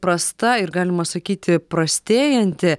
prasta ir galima sakyti prastėjanti